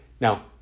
Now